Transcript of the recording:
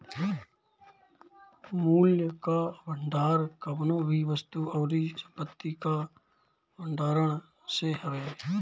मूल्य कअ भंडार कवनो भी वस्तु अउरी संपत्ति कअ भण्डारण से हवे